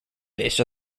based